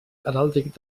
heràldic